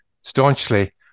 staunchly